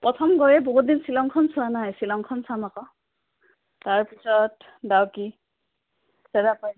প্ৰথম গৈ বহুত দিন শ্বিলংখন চোৱা নাই শ্বিলংখন চাম আকৌ তাৰপিছত ডাউকী চেৰাপুঞ্জী